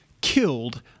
killed